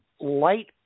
light